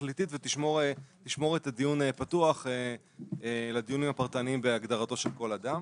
תכליתית ותשמור את הדיון פתוח לדיונים הפרטניים בהגדרתו של כל אדם.